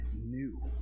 new